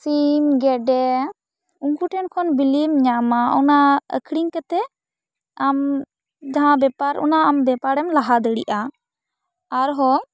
ᱥᱤᱢ ᱜᱮᱰᱮ ᱩᱱᱠᱩ ᱴᱷᱮᱱ ᱠᱷᱚᱱ ᱵᱤᱞᱤᱢ ᱧᱟᱢᱟ ᱚᱱᱟ ᱟᱠᱷᱨᱤᱧ ᱠᱟᱛᱮᱜ ᱟᱢ ᱡᱟᱦᱟᱸ ᱵᱮᱯᱟᱨ ᱚᱱᱟ ᱟᱢ ᱵᱮᱯᱟᱨᱮᱢ ᱞᱟᱦᱟ ᱫᱟᱲᱤᱜᱼᱟ ᱟᱨᱦᱚᱸ